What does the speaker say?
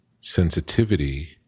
sensitivity